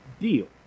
deal